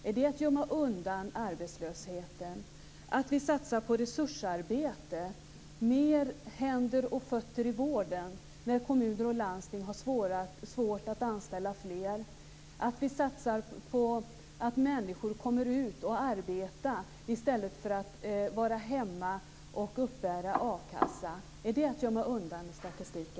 Är det att gömma undan i statistiken när vi satsar på resursarbete - på mer händer och fötter i vården - när kommuner och landsting har svårt att anställa fler och när vi satsar på att människor kommer ut i arbete i stället för att vara hemma och uppbära a-kassa?